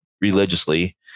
religiously